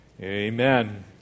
amen